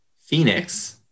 Phoenix